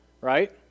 right